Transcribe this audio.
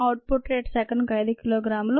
out put rate సెకనుకు 5 కిలోగ్రాములు